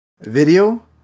video